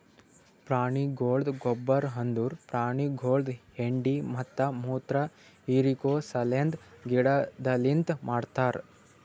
ಪ್ರಾಣಿಗೊಳ್ದ ಗೊಬ್ಬರ್ ಅಂದುರ್ ಪ್ರಾಣಿಗೊಳ್ದು ಹೆಂಡಿ ಮತ್ತ ಮುತ್ರ ಹಿರಿಕೋ ಸಲೆಂದ್ ಗಿಡದಲಿಂತ್ ಮಾಡ್ತಾರ್